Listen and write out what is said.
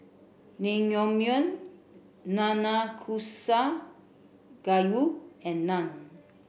Naengmyeon Nanakusa Gayu and Naan